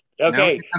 Okay